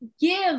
give